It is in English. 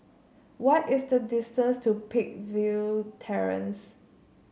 why is the distance to Peakville Terrace